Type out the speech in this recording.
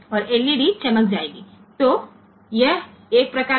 તેથી તે જોડાણનો એક પ્રકાર છે